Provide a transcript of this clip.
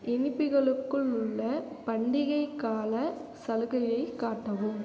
இனிப்புகளுக்கு உள்ள பண்டிகைக் காலச் சலுகையை காட்டவும்